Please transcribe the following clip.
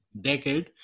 decade